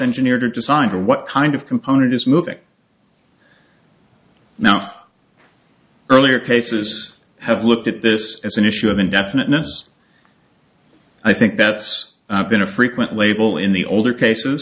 engineer design or what kind of component is moving now earlier cases have looked at this as an issue of indefiniteness i think that's been a frequent label in the older cases